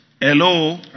Hello